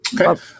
okay